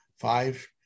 five